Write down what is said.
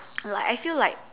like I feel like